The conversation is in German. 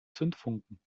zündfunken